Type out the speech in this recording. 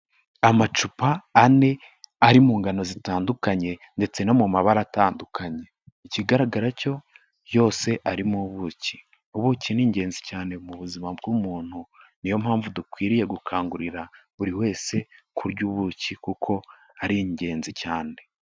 Amacupa ane ari mu ngano zitandukanye ndetse no mu mabara atandukanye. Ikigaragara cyo yose arimo ubuki. Ubuki ni ingenzi cyane mu buzima bw'umuntu, niyo mpamvu dukwiriye gukangurira buri wese kurya ubuki kuko ari ingenzi cyane